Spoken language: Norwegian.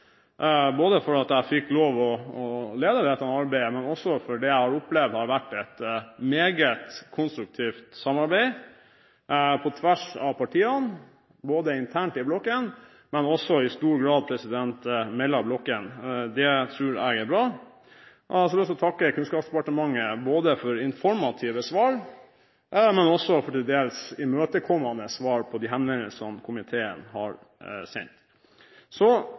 både internt i blokken og også i stor grad mellom blokkene. Det tror jeg er bra. Jeg har også lyst til å takke Kunnskapsdepartementet både for informative svar og for til dels imøtekommende svar på de henvendelsene komiteen har sendt.